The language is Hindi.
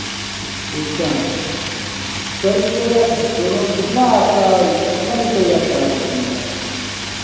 किसका कर दीजिएगा दोनों कितना आपका कितना निकल जाता है एक दिन का